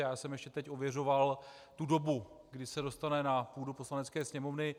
Já jsem teď ještě ověřoval dobu, kdy se dostane na půdu Poslanecké sněmovny.